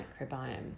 microbiome